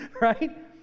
right